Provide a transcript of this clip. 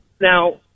Now